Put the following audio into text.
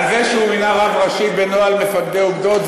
זה שהוא מינה רב ראשי בנוהל מפקדי אוגדות,